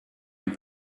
and